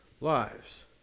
lives